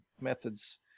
methods